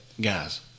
guys